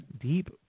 Deep